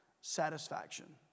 satisfaction